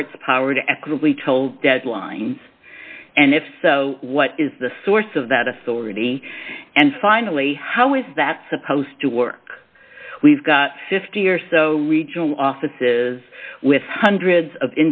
court's power to at group be told deadlines and if so what is the source of that authority and finally how is that supposed to work we've got fifty or so regional offices with hundreds of